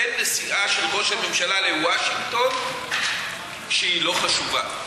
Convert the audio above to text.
אין נסיעה של ראש הממשלה לוושינגטון שהיא לא חשובה.